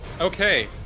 Okay